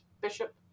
bishop